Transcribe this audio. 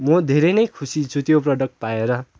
म धेरै नै खुसी छु त्यो प्रडक्ट पाएर